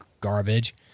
garbage